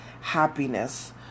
happiness